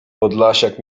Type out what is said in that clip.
podlasiak